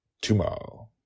tomorrow